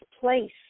place